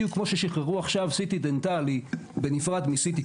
בדיוק כמו ששחררו עכשיו CT דנטלי בנפרד מ-CT,